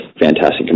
fantastic